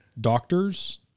Doctors